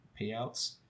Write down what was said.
payouts